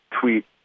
tweet